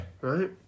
Right